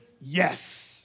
yes